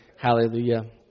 Hallelujah